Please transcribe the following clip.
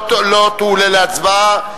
לא תועלה להצבעה.